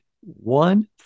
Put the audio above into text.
one